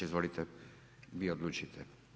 Izvolite vi odlučite.